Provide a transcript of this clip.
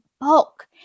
bulk